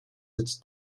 its